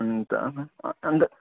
अन्त अन्त